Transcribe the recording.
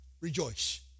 rejoice